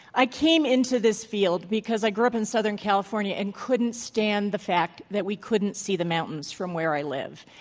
i came into this field because i grew up in southern california and couldn't stand the fact that we couldn't see the mountains from where i lived.